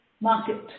market